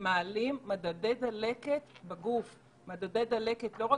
ומעלים מדדי דלקת בגוף שגורמים לא רק